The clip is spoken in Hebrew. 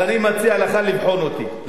אז אני מציע לך לבחון אותי,